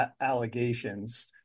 allegations